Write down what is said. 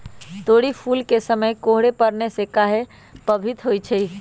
तोरी फुल के समय कोहर पड़ने से काहे पभवित होई छई?